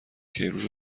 کیروش